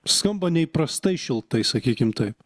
skamba neįprastai šiltai sakykim taip